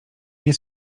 nie